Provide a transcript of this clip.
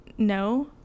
No